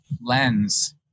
lens